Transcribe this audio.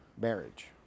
marriage